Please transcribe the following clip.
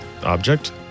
object